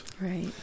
right